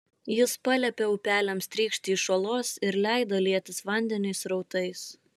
jis paliepė upeliams trykšti iš uolos ir leido lietis vandeniui srautais